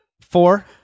four